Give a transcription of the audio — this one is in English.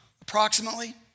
approximately